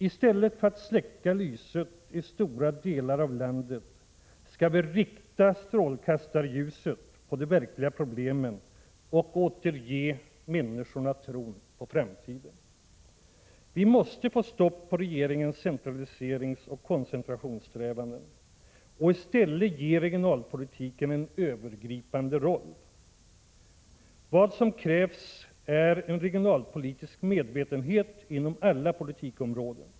I stället för att släcka lyset i stora delar av landet skall vi rikta strålkastarljuset på de verkliga problemen och återge människorna tron på framtiden. Vi måste få stopp på regeringens centraliseringsoch koncentrationssträvanden och i stället ge regionalpolitiken en övergripande roll. Vad som krävs är en regionalpolitisk medvetenhet inom alla politikområden.